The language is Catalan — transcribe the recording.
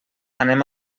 anem